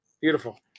beautiful